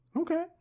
Okay